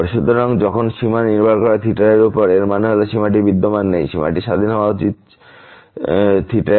সুতরাং যখন সীমা নির্ভর করে এর উপর এর মানে হল সীমাটি বিদ্যমান নেই সীমাটি স্বাধীন হওয়া উচিত এর